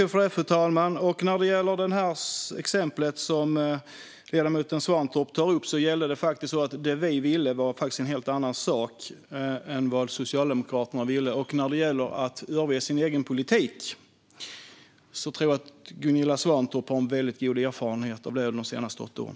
Fru talman! När det gäller exemplet som ledamoten Svantorp tar upp gällde det vi ville en helt annan sak än vad Socialdemokraterna ville. När det gäller att överge sin egen politik tror jag att Gunilla Svantorp har en väldigt god erfarenhet av det de senaste åtta åren.